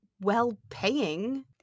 well-paying